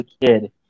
kid